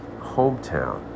hometown